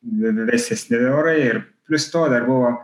vė vė vėsesni orai ir plius to dar buvo